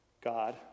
God